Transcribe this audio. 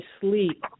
sleep